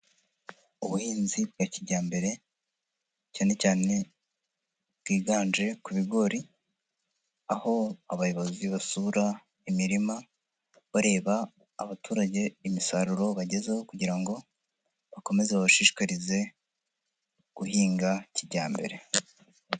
Ubuhinzi bwa kijyambere, cyane cyane bwiganje ku bigori, aho abayobozi basura imirima, bareba abaturage imisaruro bagezeho kugira ngo bakomeze babashishikarize guhinga kijyambere.